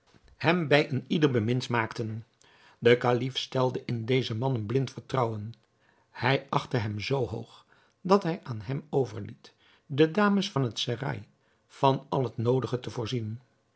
hem bij een ieder bemind maakten de kalif stelde in dezen man een blind vertrouwen hij achtte hem zoo hoog dat hij aan hem overliet de dames van het serail van al het noodige te voorzien